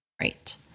Right